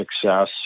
success